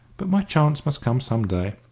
but my chance must come some day.